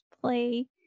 play